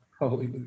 Hallelujah